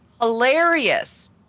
hilarious